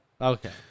Okay